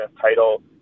title